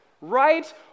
right